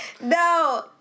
no